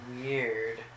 Weird